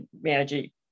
magic